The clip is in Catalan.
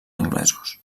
anglesos